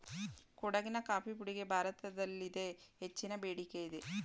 ಕೊಡಗಿನ ಕಾಫಿ ಪುಡಿಗೆ ಭಾರತದಲ್ಲಿದೆ ಹೆಚ್ಚಿನ ಬೇಡಿಕೆಯಿದೆ